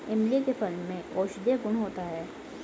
इमली के फल में औषधीय गुण होता है